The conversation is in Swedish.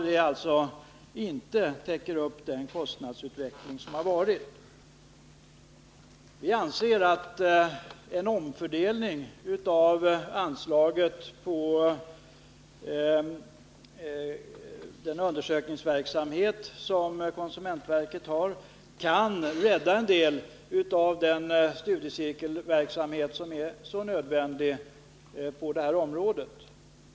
Det täcker inte den kostnadsutveckling som har skett. Vi anser att en omfördelning av anslaget till konsumentverkets undersökningsverksamhet kan rädda en del av den studiecirkelverksamhet som är så nödvändig på det här området.